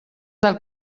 del